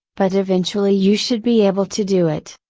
but eventually you should be able to do it,